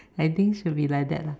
I think should be like that lah